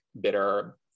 bitter